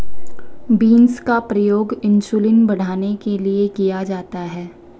beans का प्रयोग insulin बढ़ाने के लिए किया जाता है